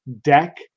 Deck